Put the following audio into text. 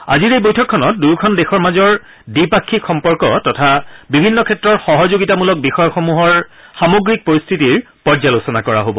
আজিৰ এই বৈঠকখনত দুয়োখন দেশৰ মাজৰ দ্বিপাক্ষিক সম্পৰ্ক তথা বিভিন্ন ক্ষেত্ৰৰ সহযোগিতামূলক বিষয়সমূহৰ সামগ্ৰিক পৰিস্থিতিৰ পৰ্যালোচনা কৰা হব